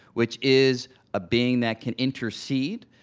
which is a being that can intercede,